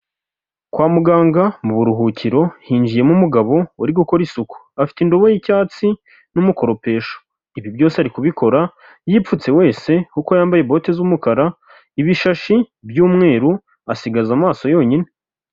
Kwa muganga mu buruhukiro hinjiyemo umugabo uri gukora isuku, afite indobo y'icyatsi n'umukoropesho, ibi byose ari kubikora yipfutse wese kuko yambaye bote z'umukara, ibishashi by'umweru, asigaza amaso yonyine.